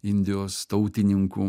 indijos tautininkų